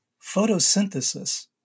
photosynthesis